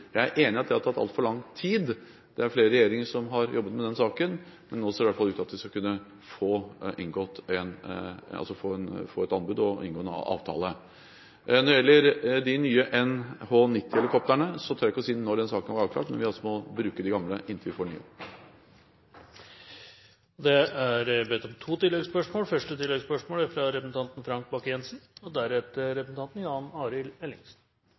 Jeg er enig i at det har tatt altfor lang tid – det er flere regjeringer som har jobbet med denne saken – men nå ser det ut til at vi skal kunne få et anbud og inngå en avtale. Når det gjelder de nye NH90-helikoptrene, tør jeg ikke si når den saken vil være avklart. Vi må altså bruke de gamle inntil vi får nye. Det er bedt om to oppfølgingsspørsmål, og det blir gitt anledning til det – først Frank